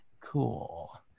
Cool